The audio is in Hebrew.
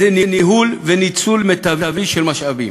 זה ניהול וניצול מיטביים של משאבים,